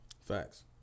Facts